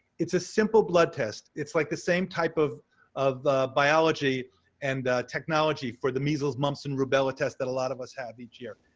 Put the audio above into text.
it's a simple blood test. it's like the same type of of biology and technology for the measles, mumps, and rubella test that a lot of us have each year.